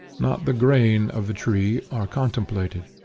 not the grain of the tree, are contemplated.